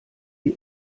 die